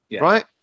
right